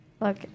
Look